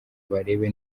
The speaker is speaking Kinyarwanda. barebe